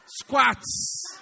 Squats